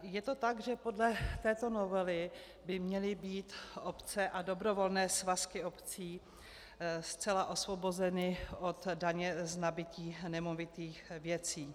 Je to tak, že podle této novely by měly být obce a dobrovolné svazky obcí zcela osvobozeny od daně z nabytí nemovitých věcí.